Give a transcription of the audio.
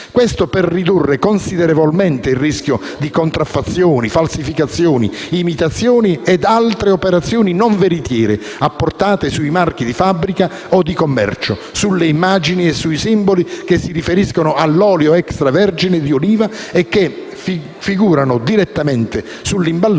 ciò per ridurre considerevolmente il rischio di contraffazioni, falsificazioni, imitazioni e altre operazioni non veritiere apportate sui marchi di fabbrica o di commercio, sulle immagini o sui simboli che si riferiscono all'olio extravergine di oliva e che figurano direttamente sull'imballaggio,